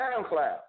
SoundCloud